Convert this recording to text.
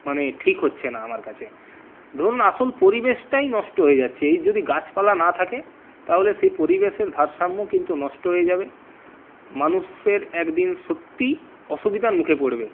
মানে ঠিক হচ্ছে না আমার কাছে ধরুন আসল পরিবেশটাই নষ্ট হয়ে যাচ্ছে এই যদি গাছপালা না থাকে তাহলে সেই পরিবেশের ভারসাম্য কিন্তু নষ্ট হয়ে যাবে মানুষের একদিন সত্যিই অসুবিধার মুখে পড়বে